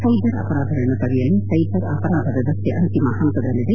cyber ಅಪರಾಧಗಳನ್ನು ತಡೆಯಲು cyber ಅಪರಾಧ ವ್ಯವಸ್ಥೆ ಅಂತಿಮ ಹಂತದಲ್ಲಿದೆ